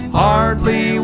hardly